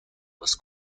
was